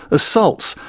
assaults,